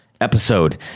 episode